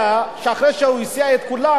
אחרי שהוא הסיע את כולם,